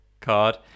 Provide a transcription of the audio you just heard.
card